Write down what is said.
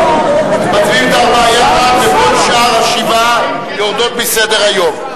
וכל שאר השבע יורדות מסדר-היום.